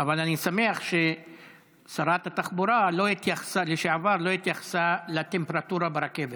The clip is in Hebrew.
אבל אני שמח ששרת התחבורה לשעבר לא התייחסה לטמפרטורה ברכבת.